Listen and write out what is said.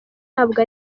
ntabwo